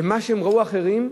ומה שהם ראו אצל אחרים.